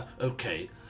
okay